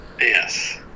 Yes